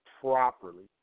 properly